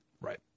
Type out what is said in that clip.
Right